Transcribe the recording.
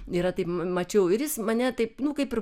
yra taip mačiau ir jis mane taip nu kaip ir